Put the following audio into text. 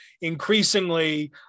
increasingly